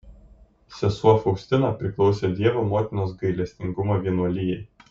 sesuo faustina priklausė dievo motinos gailestingumo vienuolijai